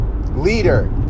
leader